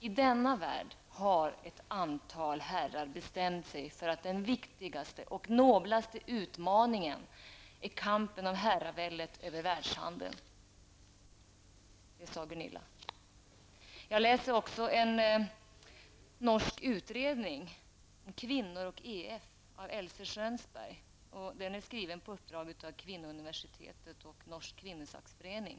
I denna värld har ett antal herrar bestämt sig för att den viktigaste och noblaste utmaningen är kampen om herraväldet över världshandeln. Detta sade Gunilla. Jag har också läst en norsk utredning Om kvinnor og EF av Else Skjönsberg, skriven på uppdrag av bl.a. Kvinneuniversitetet och Norsk kvinnesaksförening.